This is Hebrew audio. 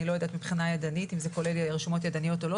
אני לא יודעת אם זה כולל רשימות ידניות או לא,